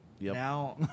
now